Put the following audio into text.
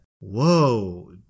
whoa